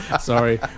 sorry